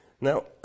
Now